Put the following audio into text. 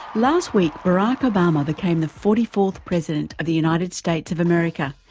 last week, barack obama became the forty fourth president of the united states of america,